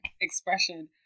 expression